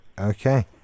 okay